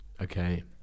Okay